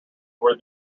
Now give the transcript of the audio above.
where